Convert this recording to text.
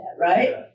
right